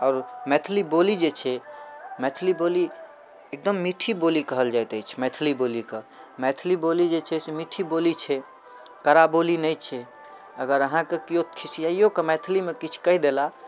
आओर मैथिली बोली जे छै मैथिली बोली एकदम मीठी बोली कहल जाइत अछि मैथिली बोलीके मैथिली बोली जे छै से मीठी बोली छै कड़ा बोली नहि छै अगर अहाँके केओ खिसियाइयो कऽ मैथिलीमे किछु कहि देला